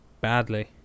badly